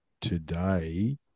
today